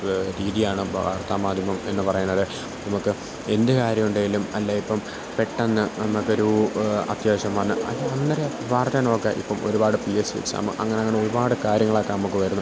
രീതിയാണ് വാർത്താമാധ്യമം എന്നുപറയുന്നത് നമുക്ക് എന്ത് കാര്യമുണ്ടേലും അല്ലെങ്കില് ഇപ്പോള് പെട്ടെന്ന് നമ്മള്ക്കൊരു അത്യാവശ്യം വന്ന് അത് വളരെ വാർത്ത നോക്ക് ഇപ്പോള് ഒരുപാട് പി എസ് സി എക്സാം അങ്ങനങ്ങനെ ഒരുപാട് കാര്യങ്ങളൊക്കെ നമുക്ക് വരുന്നു